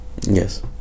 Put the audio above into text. Yes